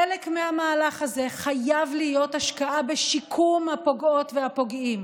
חלק מהמהלך הזה חייב להיות השקעה בשיקום הפוגעות והפוגעים.